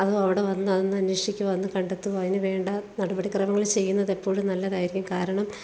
അതോ അവിടെ വന്ന് അതൊന്ന് അനേഷിക്കോ വന്ന് കണ്ടെത്തോ അതിനുവേണ്ട നടപടിക്രമങ്ങൾ ചെയ്യുന്നത് എപ്പോഴും നല്ലതായിരിക്കും കാരണം